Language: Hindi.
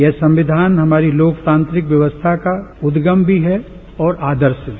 यह संविधान हमारी लोकतांत्रिक व्यवस्था का उदगम भी है और आदर्श भी